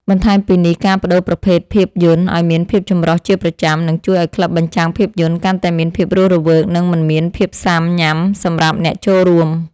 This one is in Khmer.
បន្ថែមពីនេះ ការប្ដូរប្រភេទភាពយន្តឱ្យមានភាពចម្រុះជាប្រចាំ នឹងជួយឱ្យក្លឹបបញ្ចាំងភាពយន្តកាន់តែមានភាពរស់រវើក និងមិនមានភាពស៊ាំញ៉ាំសម្រាប់អ្នកចូលរួម។